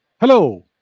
Hello